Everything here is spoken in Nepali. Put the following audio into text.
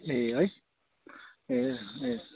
ए है ए ए